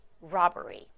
robbery